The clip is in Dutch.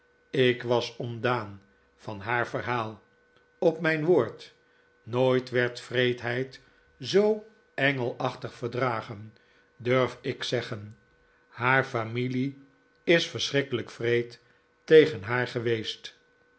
ik was ontdaan van haar verhaal op mijn woord nooit werd wreedheid zoo engelachtig verdragen durf ik zeggen haar familie is verschrikkelijk wreed tegen haar geweest